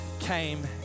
came